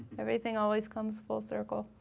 everything always comes full circle.